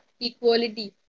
Equality